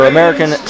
American